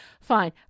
fine